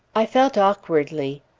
i felt awkwardly.